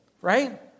right